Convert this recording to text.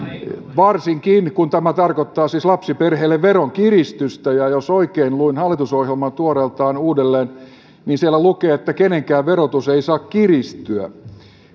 varsinkin kun tämä tarkoittaa siis lapsiperheille veronkiristystä ja jos oikein luin hallitusohjelmaa tuoreeltaan uudelleen niin siellä lukee että kenenkään verotus ei saa kiristyä